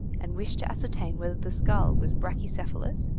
and wished to ascertain whether the skull was bracchy-cephalous,